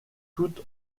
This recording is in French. toute